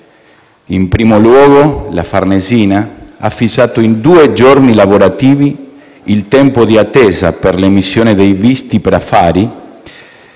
In primo luogo, la Farnesina ha fissato in due giorni lavorativi il tempo d'attesa per l'emissione dei visti per affari.